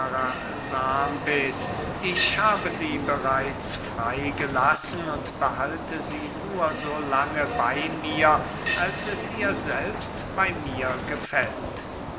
ich habe sie bereits frey gelassen und behalte sie nur so lange bey mir als es ihr selbst bey mir gefällt